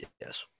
Yes